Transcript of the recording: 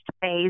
phase